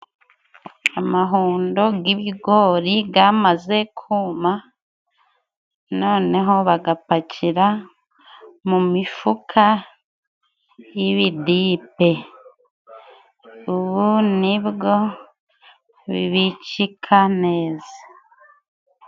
Amahundo g'ibigori gamaze kuma, noneho bakapakira mu mifuka y ibidipe. Ubu ni bwo bibikika neza.